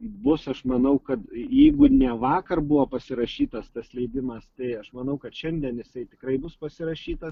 bus aš manau kad jeigu ne vakar buvo pasirašytas tas leidimas tai aš manau kad šiandien jisai tikrai bus pasirašytas